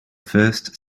first